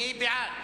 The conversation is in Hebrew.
מי בעד?